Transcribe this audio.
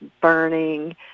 burning